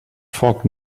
foc